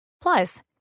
Plus